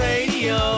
Radio